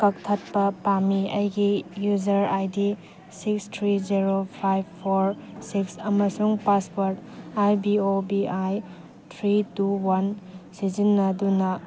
ꯀꯛꯊꯠꯄ ꯄꯥꯝꯃꯤ ꯑꯩꯒꯤ user I D six three zero five four six ꯑꯃꯁꯨꯡ password I B O B I three two one ꯁꯤꯖꯤꯟꯅꯗꯨꯅ